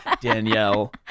Danielle